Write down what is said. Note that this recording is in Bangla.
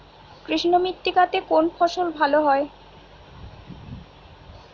কৃষ্ণ মৃত্তিকা তে কোন ফসল ভালো হয়?